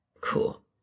Cool